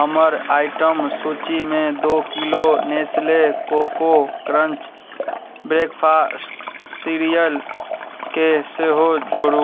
हमर आइटम सूचीमे दो किलो नेस्ले कोको क्रंच ब्रेकफास्ट सीरियलके सेहो जोड़ू